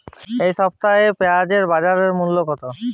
এ সপ্তাহে পেঁয়াজের বাজার মূল্য কত?